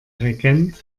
regent